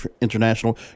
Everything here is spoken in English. International